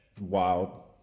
Wow